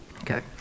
okay